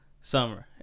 summer